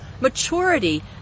maturity